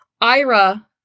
Ira